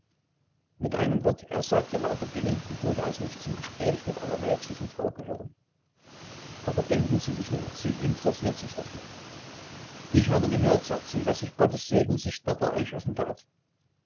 mit einem wort er sagt ihr lauter dinge die durchaus nicht zum gespräch mit einer weltlichen frau gehören aber denken sie sich nur sie interessiert sich dafür ich habe gehört sagt sie daß sich gottes segen sichtbar bei euch offenbart